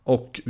Och